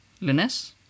Lunes